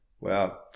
Wow